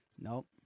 Nope